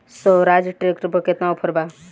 Swaraj tractor पर केतना offer बा?